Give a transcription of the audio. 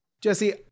Jesse